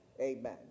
Amen